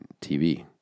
tv